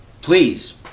please